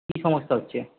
কী সমস্যা হচ্ছে